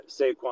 Saquon